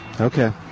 Okay